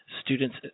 students